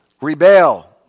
rebel